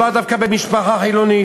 כמה חודשים: